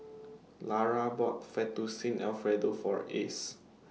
Lara bought Fettuccine Alfredo For Ace